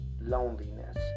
loneliness